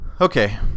okay